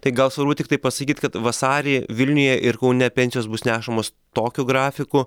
tai gal svarbu tiktai pasakyt kad vasarį vilniuje ir kaune pensijos bus nešamos tokiu grafiku